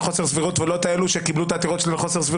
חוסר סבירות ולא את אלו שקיבלו את העתירות שקיבלו?